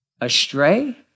astray